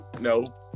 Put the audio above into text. No